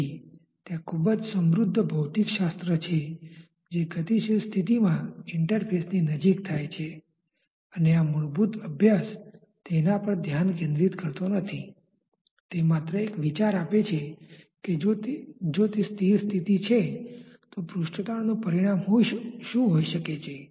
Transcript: તેથી ત્યાં ખૂબ જ સમૃદ્ધ ભૌતિકશાસ્ત્ર છે જે ગતિશીલ સ્થિતિમાં ઇન્ટરફેસની નજીક થાય છે અને આ મૂળભૂત અભ્યાસ તેના પર ધ્યાન કેન્દ્રિત કરતો નથી તે માત્ર એક વિચાર આપે છે કે જો તે સ્થિર સ્થિતિ છે તો પૃષ્ઠતાણનું પરિણામ શું હોઈ શકે છે